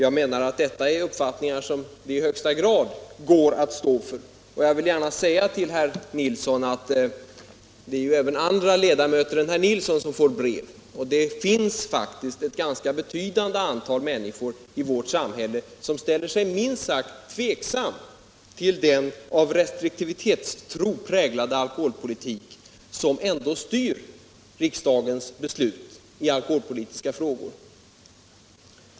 Jag menar att det är uppfattningar som det i högsta grad går att stå för. Jag vill gärna säga att även andra ledamöter än herr Nilsson får brev. Det finns faktiskt ett ganska betydande antal människor i vårt samhälle som ställer sig minst sagt tveksamma till den av restriktivitetstro präglade alkoholpolitik som ändå styr riksdagens beslut i alkoholpolitiska frågor.